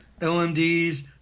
LMDs